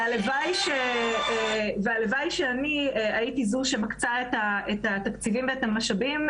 הלוואי שאני הייתי זו שמקצה את התקציבים ואת המשאבים,